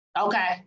Okay